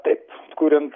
taip kuriant